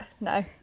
no